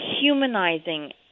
humanizing